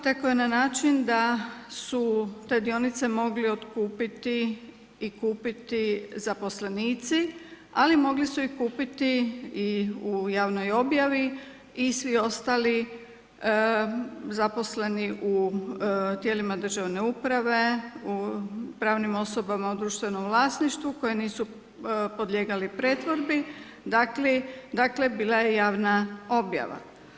Tekao je na način da su te dionice mogli otkupiti i kupiti zaposlenici, ali mogli su i kupiti i u javnoj objavi i svi ostali zaposleni u tijelima državne uprave, u pravnim osobama u društvenom vlasništvu koje nisu podlijegali pretvorbi, dakle bila je javna objava.